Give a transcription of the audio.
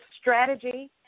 strategy